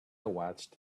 watched